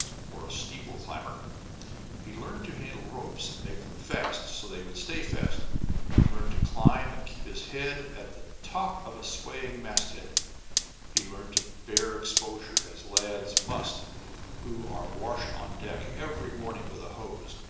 for a steeple-climber he learned to handle ropes and make them fast so they would stay fast he learned to climb and keep his head at the top of a swaying masthead he learned to bear exposure as lads must who are washed on deck every morning with a hose,